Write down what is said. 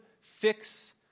fix